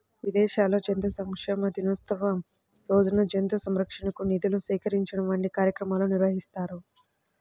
విదేశాల్లో జంతు సంక్షేమ దినోత్సవం రోజున జంతు సంరక్షణకు నిధులు సేకరించడం వంటి కార్యక్రమాలు నిర్వహిస్తారు